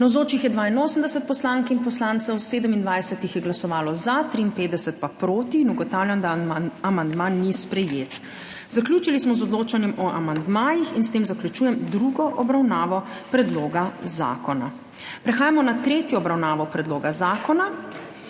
Navzočih je 82 poslank in poslancev, 27 jih je glasovalo za, 53 pa proti. (Za je glasovalo 27.) (Proti 53.) Ugotavljam, da amandma ni sprejet. Zaključili smo z odločanjem o amandmajih in s tem zaključujem drugo obravnavo predloga zakona. Prehajamo na tretjo obravnavo predloga zakona.